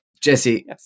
Jesse